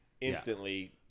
instantly